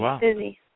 busy